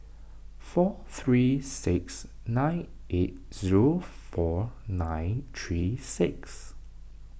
four three six nine eight zero four nine three six